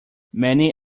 many